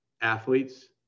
athletes